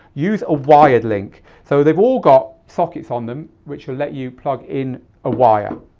use a wired link. so they've all got sockets on them which will let you plug in a wire.